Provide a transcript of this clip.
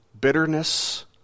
bitterness